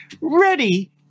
ready